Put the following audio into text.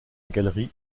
galerie